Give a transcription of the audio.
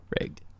Rigged